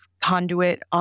Conduit